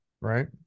Right